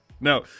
no